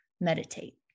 meditate